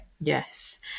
yes